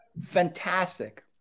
fantastic